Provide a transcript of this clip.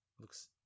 Looks